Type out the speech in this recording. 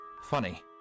funny